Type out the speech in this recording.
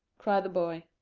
cried the boy.